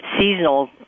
seasonal